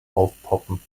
aufpoppen